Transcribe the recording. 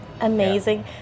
Amazing